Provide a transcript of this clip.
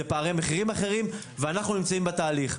זה פערי המחירים אחרים ואנחנו נמצאים בתהליך.